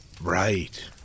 Right